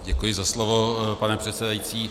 Děkuji za slovo, pane předsedající.